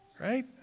right